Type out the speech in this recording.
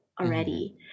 already